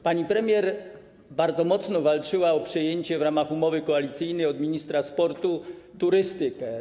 Pani premier bardzo mocno walczyła o przejęcie w ramach umowy koalicyjnej od ministra sportu turystyki.